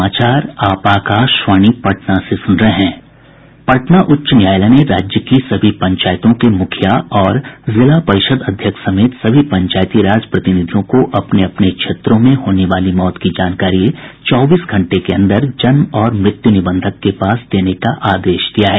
पटना उच्च न्यायालय ने राज्य की सभी पंचायतों के मुखिया और जिला परिषद अध्यक्ष समेत सभी पंचायती राज प्रतिनिधियों को अपने अपने क्षेत्रों में होने वाली मौत की जानकारी चौबीस घंटे के अंदर जन्म और मृत्यु निबंधक के पास देने का आदेश दिया है